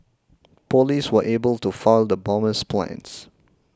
police were able to foil the bomber's plans